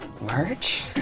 merch